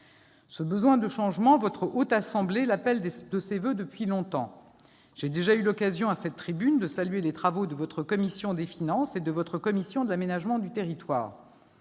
Ce besoin de changement, votre Haute Assemblée l'appelle de ses voeux depuis longtemps. J'ai déjà eu l'occasion, à cette tribune, de saluer les travaux de votre commission des finances et de votre commission de l'aménagement du territoire